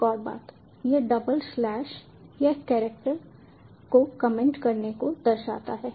एक और बात यह डबल स्लैश यह कैरेक्टर को कमेंट करने को दर्शाता है